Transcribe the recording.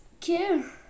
care